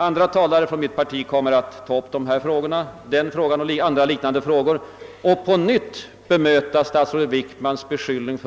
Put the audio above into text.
Andra talare från mitt parti kommer att ta upp denna och liknande konkreta frågor och då på nytt bemöta statsrådet Wickmans beskyllning